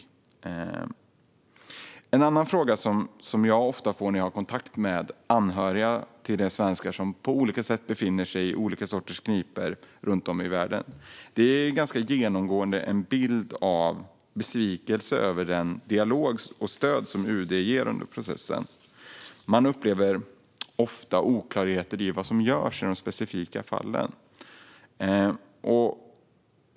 Det finns en annan fråga som jag ofta får när jag har kontakt med anhöriga till de svenskar som på olika sätt befinner sig i knipa runt om i världen. Den ger en ganska genomgående bild av besvikelse över dialogen med och det stöd UD ger dem under processen. Man upplever ofta oklarheter i vad som görs i de specifika fallen.